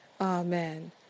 Amen